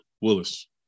Willis